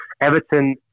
Everton